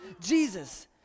Jesus